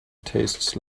tastes